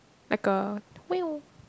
like a whale